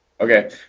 Okay